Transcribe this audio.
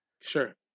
Sure